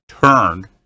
turned